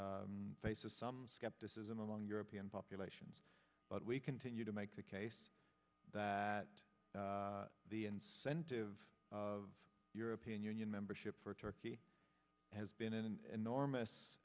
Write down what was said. faces some skepticism among european populations but we continue to make the case that the incentive of european union membership for turkey has been an